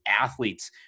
athletes